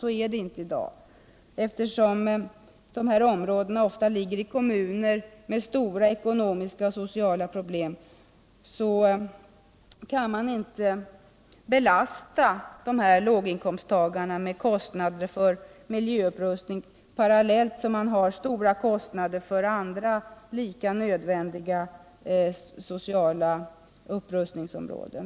Så är det inte i dag, eftersom de här områdena ofta ligger i kommuner med stora ekonomiska och sociala problem. Låginkomsttagare kan inte belastas med kostnaderna för miljöupprustningen parallellt med kostnaderna för andra lika nödvändiga sociala upprustningsområden.